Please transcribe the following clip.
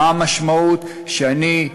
מה המשמעות שאני,